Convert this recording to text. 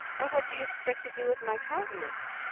and what do you expect to do with my countenance?